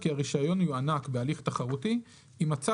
כי הרישיון יוענק בהליך תחרותי אם מצא